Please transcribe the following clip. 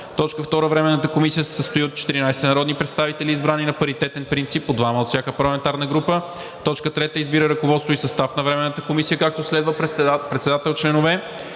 2. Временната комисия се състои от 14 народни представители, избрани на паритетен принцип – по двама от всяка парламентарна група. 3. Избира ръководство и състав на Временната комисия, както следва: Председател: